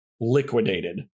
liquidated